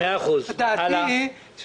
דעתי היא,